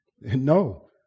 no